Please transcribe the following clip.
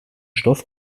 stoff